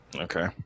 Okay